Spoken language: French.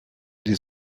des